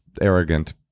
arrogant